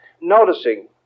noticing